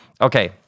okay